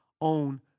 own